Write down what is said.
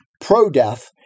pro-death